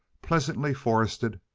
pleasantly forested,